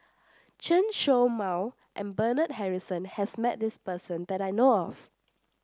Chen Show Mao and Bernard Harrison has met this person that I know of